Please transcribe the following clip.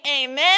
amen